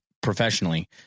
professionally